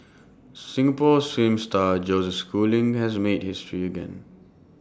Singapore swim star Joseph schooling has made history again